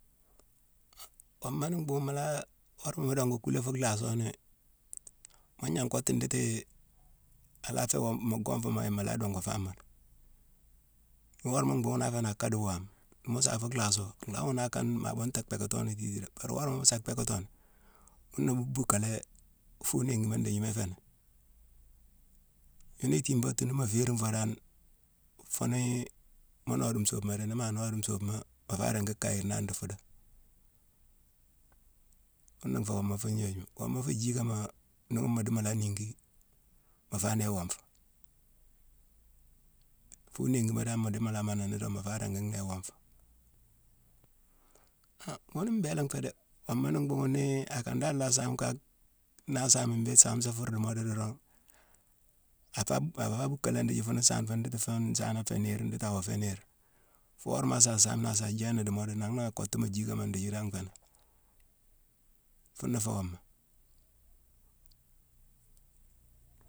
Woma ni mbhuughune mu laa, worama mu dongu kulé fu lhaaso ni, mu gnangh kottu nditii a la fé wo-mu gwonfuma yéma la dungu famoni. Ni worama mbhuughune na afé ni a kade wame, ni mu sa fu lhaaso, nlhaa buughune akane ma bunta bhéckatoni tiitane. Bari worama mu sa bhéckatoni, ghuna mu buukalé fuu inhingima ndéjima iféni. Yuni itimbade tuudu ni mu fééringh fo dan, fonii mu noode nsuubema dé. Nima noode nsuubema, mu ringi kayirnan ni di fodo. Ghuna nfé woma fuu ignojuma. Woma fuu jickama, ni ghune mu di mu la niingi, mu fa néé wonfu. Fu inhingima dan mu di mu la mannani, mu fa ringi nhéé wonfu. Han ghune mbéla nfé dé. Woma ni bhuugune ni akane dan laa saame ka-na saame mbéé same sa fur di modo dorong, a fa bhuu ka lé ndithi fune nsaane fune nditi fune nsaane nditi fune nsaana féé niirma, nditi awa fé niir. Foo worama a sa saame ni a saa jééni di modo, nangh na akottu mu jickama ndijiranfé ni. Funa féé woma.